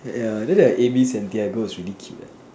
ya then the Amy-Santiago is really cute ah